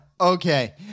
Okay